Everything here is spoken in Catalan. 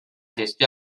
gestió